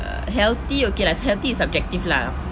uh healthy okay lah healthy is subjective lah